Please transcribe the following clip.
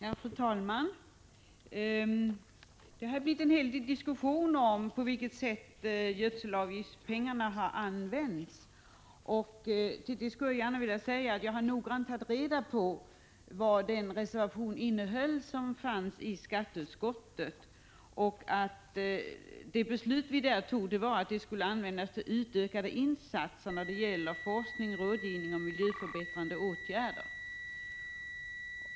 Fru talman! Det har blivit en hel del diskussion om på vilket sätt gödselavgiftspengarna har använts. Jag skulle gärna vilja säga att jag noggrant har tagit reda på vad den reservation innehöll som fanns i skatteutskottets betänkande. Det beslut vi fattade 1984 var att de skulle användas till utökade insatser när det gäller forskning, rådgivning och miljöförbättrande åtgärder.